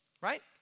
Right